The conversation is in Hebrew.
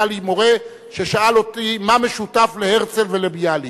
היה לי מורה ששאל אותי מה המשותף להרצל ולביאליק,